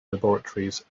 laboratories